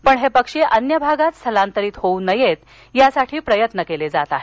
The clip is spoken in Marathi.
पण हे पक्षी अन्य भागात स्थलांतरित होऊ नयेत यासाठी प्रयत्न केले जात आहेत